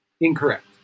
incorrect